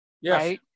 Yes